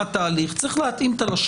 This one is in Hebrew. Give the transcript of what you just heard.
התנאים.